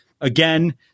again